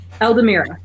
Eldamira